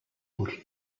would